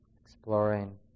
exploring